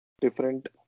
Different